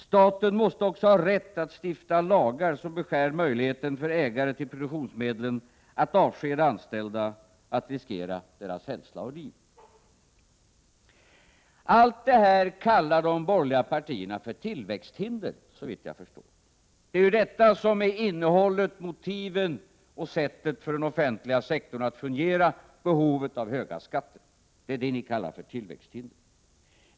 Staten måste också ha rätt att stifta lagar som beskär möjligheten för ägare till produktionsmedlen att avskeda anställda, riskera deras hälsa och liv. Allt detta kallar de borgerliga partierna för ”tillväxthinder”, såvitt jag förstår. Det är den offentliga sektorns behov som är motivet för att ha höga skatter, men detta kallar ni alltså för tillväxthinder.